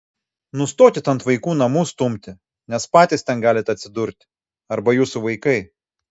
nustokit ant vaikų namų stumti nes patys ten galit atsidurti arba jūsų vaikai